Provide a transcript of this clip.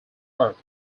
earth